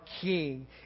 king